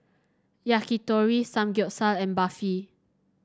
Yakitori Samgyeopsal and Barfi